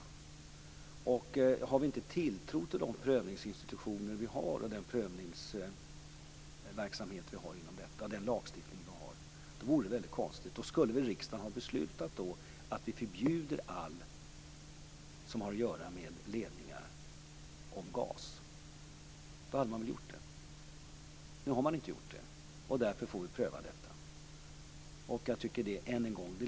Det vore konstigt om vi inte hade tilltro till den prövning som ges inom ramen för den lagstiftning vi har. Då skulle väl riksdagen ha förbjudit allt som rör gasledningar. Nu har det inte skett. Därför måste det ske en prövning.